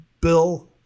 bill